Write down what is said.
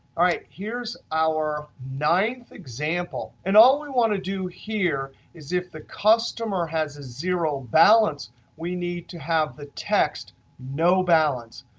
all right, here's our ninth example. and all we want to do here is if the customer has a zero balance we need to have the text no balance.